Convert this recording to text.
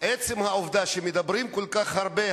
עצם העובדה שמדברים כל כך הרבה,